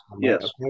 yes